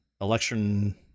election